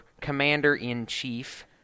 commander-in-chief